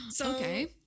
Okay